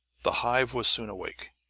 the hive was soon awake.